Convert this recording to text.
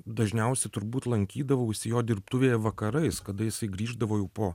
dažniausia turbūt lankydavausi jo dirbtuvėje vakarais kada jisai grįždavo jau po